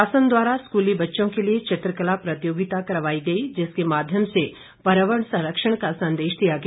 प्रशासन द्वारा स्कूली बच्चों के लिए चित्रकला प्रतियोगिता करवाई गई जिसके माध्यम से पर्यावरण संरक्षण का संदेश दिया गया